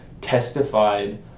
testified